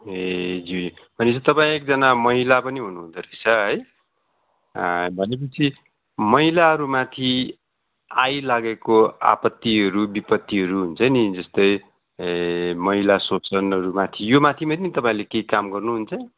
ए ज्यू भनेपछि तपाईँ एकजना महिला पनि हुनुहुँदोरहेछ है भनेपछि महिलाहरूमाथि आइलागेको आपत्तिहरू बिपत्तिहरू हुन्छ नि जस्तै महिला शोषणहरूमाथि योमाथि पनि तपाईँहरूले केही काम गर्नुहुन्छ